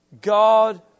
God